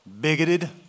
bigoted